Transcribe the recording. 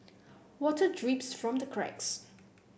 water drips from the cracks